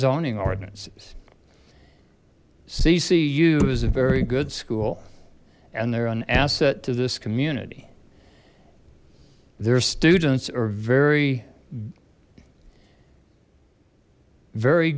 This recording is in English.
zoning ordinances ccu is a very good school and they're an asset to this community their students are very very